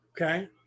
Okay